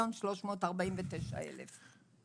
161,349,000 מיליון.